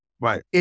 Right